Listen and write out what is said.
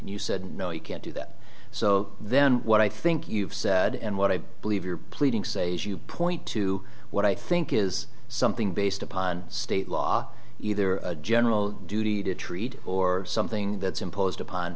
and you said no you can't do that so then what i think you've said and what i believe you're pleading say you point to what i think is something based upon state law either general duty to treat or something that's imposed upon